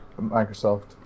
Microsoft